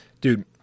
Dude